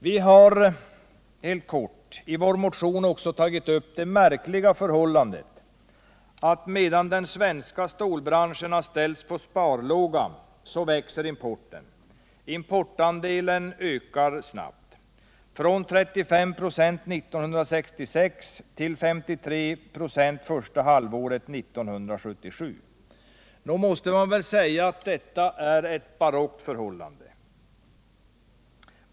Vi har i vår motion helt kort tagit upp det märkliga förhållandet att medan den svenska stålbranschen har ställts på sparlåga så växer importen. Importandelen har ökat snabbt, från 35 26 1966 till 53 26 första halvåret 1977. Nog är väl detta ett barockt förhållande.